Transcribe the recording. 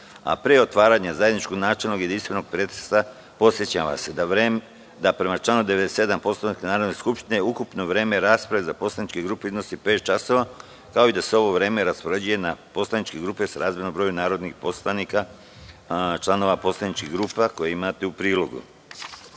a pre otvaranja zajedničkog načelnog i jedinstvenog pretresa, podsećam vas da, prema članu 97. Poslovnika Narodne skupštine, ukupno vreme rasprave za poslaničke grupe iznosi pet časova, kao i da se ovo vreme raspoređuje na poslaničke grupe srazmerno broju narodnih poslanika članova poslaničke grupe, koji imate u prilogu. Molim